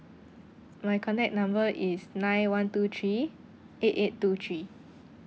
my contact number is nine one two three eight eight two three